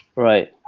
right.